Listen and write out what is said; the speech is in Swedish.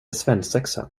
svensexa